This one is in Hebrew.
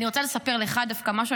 אני רוצה לספר דווקא לך משהו,